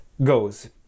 goes